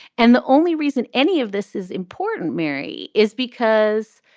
and the only reason any of this is important, mary, is because.